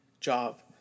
job